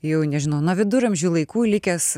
jau nežinau nuo viduramžių laikų likęs